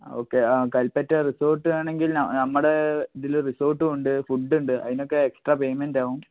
ആ ഓക്കേ കൽപ്പറ്റ റിസോട്ടാണെങ്കിൽ നമ്മുടെ ഇതിൽ റിസോട്ടും ഉണ്ട് ഫുഡ് ഉണ്ട് അതിനൊക്കെ എക്സ്ട്രാ പേയ്മെൻറ്റാവും